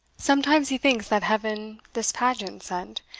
sometimes he thinks that heaven this pageant sent,